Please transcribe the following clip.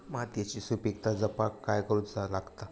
मातीयेची सुपीकता जपाक काय करूचा लागता?